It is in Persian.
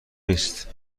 نیست